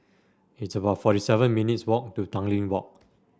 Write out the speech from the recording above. it's about forty seven minutes' walk to Tanglin Walk